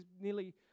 nearly